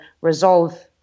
resolve